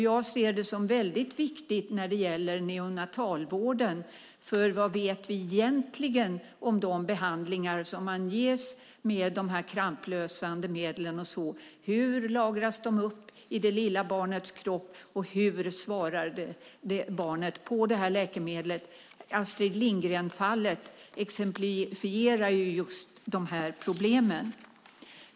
Jag ser det som väldigt viktigt när det gäller neonatalvården, för vad vet vi egentligen om de behandlingar som ges med de kramplösande medlen? Hur lagras de i det lilla barnets kropp, och hur svarar barnet på läkemedlet? Fallet på Astrid Lindgrens Barnsjukhus exemplifierar just dessa problem.